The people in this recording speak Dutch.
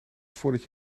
voordat